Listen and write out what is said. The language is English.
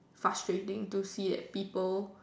frustrating to see that people